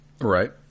Right